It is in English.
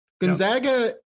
Gonzaga